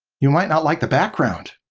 you might not like the background